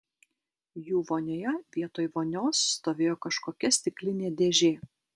jų vonioje vietoj vonios stovėjo kažkokia stiklinė dėžė